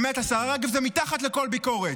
באמת, השרה רגב, זה מתחת לכל ביקורת.